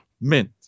mint